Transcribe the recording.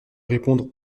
répondre